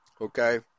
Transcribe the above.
Okay